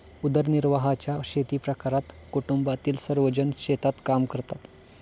उदरनिर्वाहाच्या शेतीप्रकारात कुटुंबातील सर्वजण शेतात काम करतात